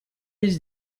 есть